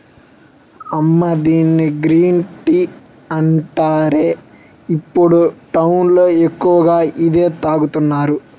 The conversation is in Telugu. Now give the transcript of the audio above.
అమ్మా దీన్ని గ్రీన్ టీ అంటారే, ఇప్పుడు టౌన్ లో ఎక్కువగా ఇదే తాగుతున్నారు